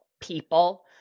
people